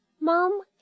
mom